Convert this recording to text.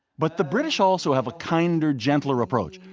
but the british also have a kinder, gentler approach,